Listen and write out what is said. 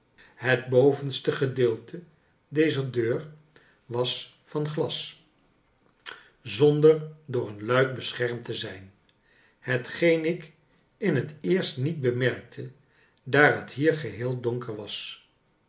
het bovenste gedeelte dezer deur was van glas zonder door een luik beschermd te zijn hetgeen ik in het eerst niet bemerkte daar het hier geheel donker was